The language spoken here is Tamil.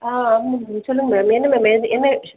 ஆம் சொல்லுங்கள் மேடம் என்ன மேம் என்ன